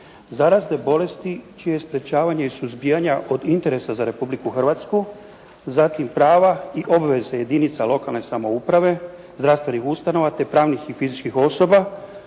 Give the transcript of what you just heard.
zarazne bolesti čije je sprječavanje i suzbijanja od interesa za Republiku Hrvatsku, zatim prava i obveze jedinica lokalne samouprave, zdravstvenih ustanova te pravnih i fizičkih osoba